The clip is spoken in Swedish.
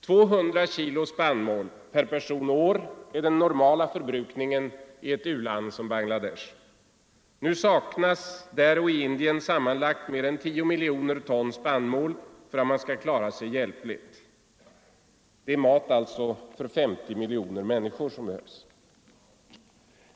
200 kg spannmål per person och år är den normala förbrukningen i ett u-land som Bangladesh. Nu saknas där och i Indien sammanlagt mer än 10 miljoner ton spannmål för att man skall klara sig hjälpligt. Det är mat för 50 miljoner människor som behövs.